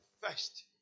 first